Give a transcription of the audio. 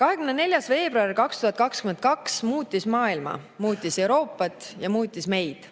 24. veebruar 2022 muutis maailma, muutis Euroopat ja muutis meid,